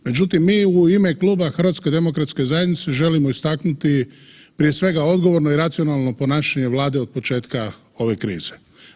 Međutim, mi u ime Kluba HDZ-a želimo istaknuti prije svega odgovorno i racionalno ponašanje Vlade od početka ove krize.